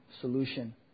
solution